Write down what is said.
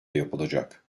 yapılacak